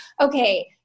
okay